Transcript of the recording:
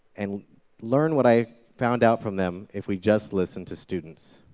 and learn what i found out from them if we just listen to students.